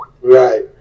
Right